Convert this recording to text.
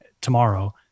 tomorrow